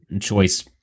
choice